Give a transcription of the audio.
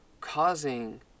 causing